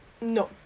No